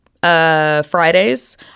Fridays